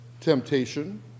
temptation